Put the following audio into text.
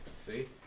See